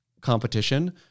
competition